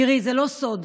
תראי, זה לא סוד,